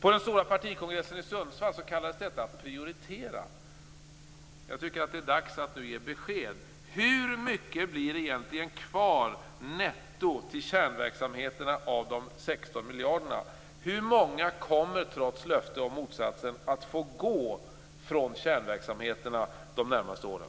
På den stora partikongressen i Sundsvall kallades detta att prioritera. Jag tycker att det är dags att ge besked. Hur mycket blir egentligen kvar, netto, till kärnverksamheterna av de 16 miljarderna? Hur många kommer, trots löfte om motsatsen, att få gå från kärnverksamheterna de närmaste åren?